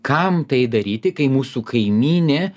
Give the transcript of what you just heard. kam tai daryti kai mūsų kaimynė